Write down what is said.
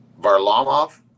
Varlamov